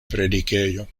predikejo